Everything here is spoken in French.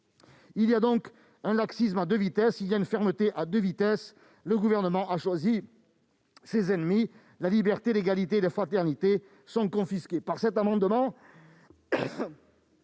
Il y a donc un laxisme à deux vitesses, et une fermeté à deux vitesses. Le Gouvernement a choisi ses ennemis ; la liberté, l'égalité et la fraternité sont confisquées. Par cet amendement,